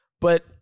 But-